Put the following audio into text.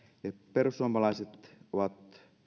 perussuomalaiset ovat